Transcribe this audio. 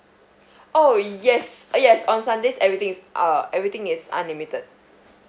oh yes yes on sundays everything is uh everything is unlimited